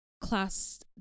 class